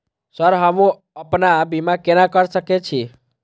Sir हमू अपना बीमा केना कर सके छी?